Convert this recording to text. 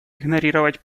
игнорировать